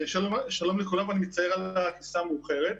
שלום לכולם ואני מצטער על הכניסה המאוחרת.